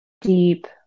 deep